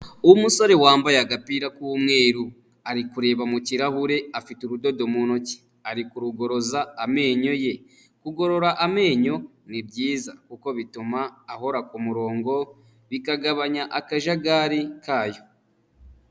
Umusore wambaye agapira k'umweru ari kureba mu kirahure afite urudodo mu ntoki ari kurugoroza amenyo ye, kugorora amenyo ni byiza kuko bituma ahora ku murongo bikagabanya akajagari kayo.